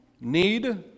need